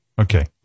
Okay